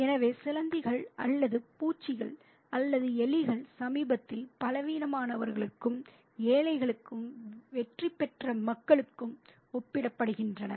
எனவே சிலந்திகள் அல்லது பூச்சிகள் அல்லது எலிகள் சமூகத்தில் பலவீனமானவர்களுக்கும் ஏழைகளுக்கும் வெற்றிபெற்ற மக்களுக்கும் ஒப்பிடப்படுகின்றன